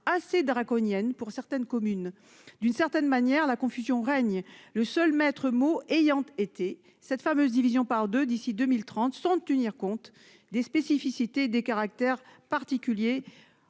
assez draconiennes pour certaines communes d'une certaine manière, la confusion règne le seul maître mot ayant été cette fameuse division par 2 d'ici 2030 sans tenir compte des spécificités des caractères particuliers.